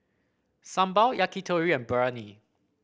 Sambar Yakitori and Biryani